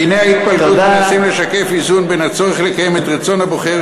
דיני ההתפלגות מנסים לשקף איזון בין הצורך לקיים את רצון הבוחר,